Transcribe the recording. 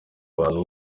abantu